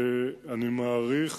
ואני מעריך